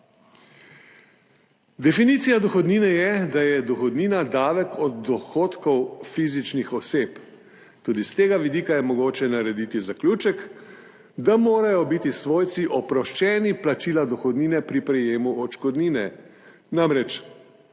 Definicija dohodnine je, da je dohodnina davek od dohodkov fizičnih oseb. Tudi s tega vidika je mogoče narediti zaključek, da morajo biti svojci oproščeni plačila dohodnine pri prejemu odškodnine, namreč,